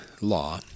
law